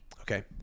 Okay